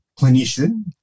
clinician